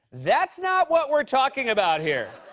that's not what we're talking about here.